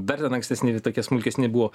dar ten ankstesni tokie smulkesni buvo